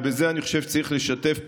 ובזה אני חושב שצריך לשתף פעולה,